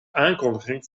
aankondiging